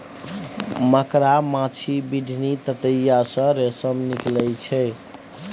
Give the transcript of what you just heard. मकड़ा, माछी, बिढ़नी, ततैया सँ रेशम निकलइ छै